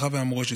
הנצחה ומורשת.